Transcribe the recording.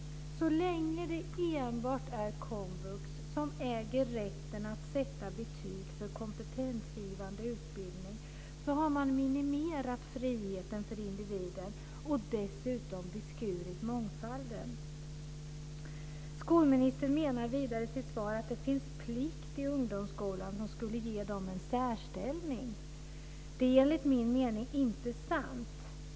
Så länge enbart komvux äger rätten att sätta betyg för kompetensgivande utbildning har man minimerat friheten för individen och dessutom beskurit mångfalden. Skolministern menar vidare i sitt svar att det finns plikt i ungdomsskolan, som skulle ge den en särställning. Det är, enligt min mening, inte sant.